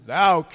thou